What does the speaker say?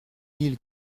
mille